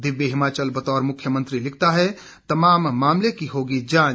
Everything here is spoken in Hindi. दिव्य हिमाचल बतौर मुख्यमंत्री लिखता है तमाम मामले की होगी जांच